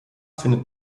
findet